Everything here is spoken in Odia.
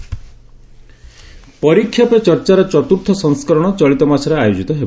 ପରୀକ୍ଷାପେ ଚର୍ଚ୍ଚା ପରୀକ୍ଷାପେ ଚର୍ଚ୍ଚାର ଚତୁର୍ଥ ସଂସ୍କରଣ ଚଳିତ ମାସରେ ଆୟୋଜିତ ହେବ